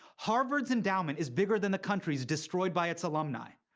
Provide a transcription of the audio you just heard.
harvard's endowment is bigger than the countries destroyed by its alumni.